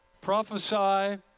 prophesy